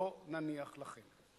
לא נניח לכם.